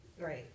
Right